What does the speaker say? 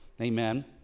amen